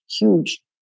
huge